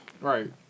Right